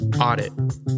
audit